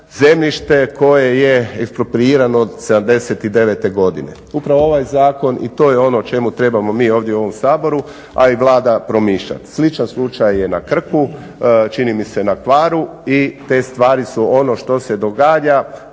koje je eksproprirano '79. godine. Upravo ovaj zakon i to je ono o čemu trebamo mi ovdje u ovom Saboru a i Vlada promišljati. Sličan slučaj je na Krku, čini mi se na Hvaru i te stvari su ono što se događa.